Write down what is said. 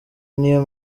niyo